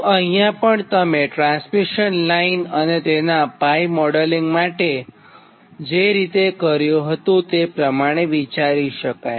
તો અહિંયા પણતમે ટ્રાન્સમિશન લાઇન અને તેનાં મોડેલિંગ માટે જે રીતે કર્યું હતુંતે પ્રમાણે વિચારી શકાય